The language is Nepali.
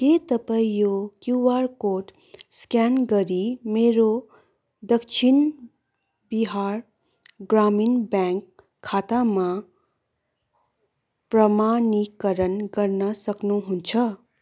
के तपाईँ यो क्युआर कोड स्क्यान गरी मेरो दक्षिण बिहार ग्रामीण ब्याङ्क खातामा प्रमाणीकरण गर्न सक्नुहुन्छ